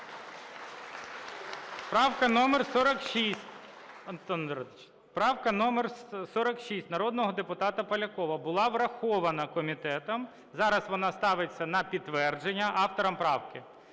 Правка номер 46 народного депутата Полякова, була врахована комітетом, зараз вона ставиться на підтвердження, автор правки.